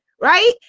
right